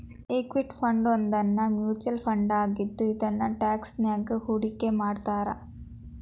equity ಫಂಡನ್ನೋದು mutual ಫಂಡಾಗಿದ್ದು ಇದನ್ನ ಸ್ಟಾಕ್ಸ್ನ್ಯಾಗ್ ಹೂಡ್ಕಿಮಾಡ್ತಾರ